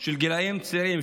של הגילים צעירים,